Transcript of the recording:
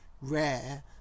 rare